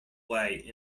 away